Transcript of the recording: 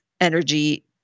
energy